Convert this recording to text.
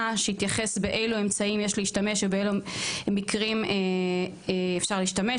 שיתייחס באילו אמצעים יש להשתמש ובאילו מקרים אפשר להשתמש.